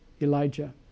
Elijah